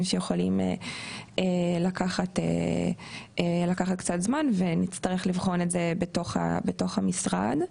שיכולים לקחת קצת זמן ונצטרך לבחון את זה בתוך המשרד.